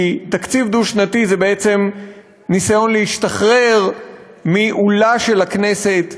כי תקציב דו-שנתי זה בעצם ניסיון להשתחרר מעולה של הכנסת,